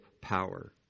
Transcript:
power